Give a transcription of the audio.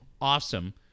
awesome